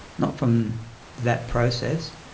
not from that process.